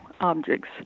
objects